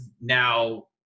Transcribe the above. now